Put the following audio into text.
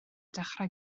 dechrau